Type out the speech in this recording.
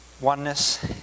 oneness